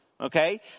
okay